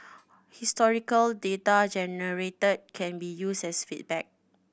historical data generated can be used as feedback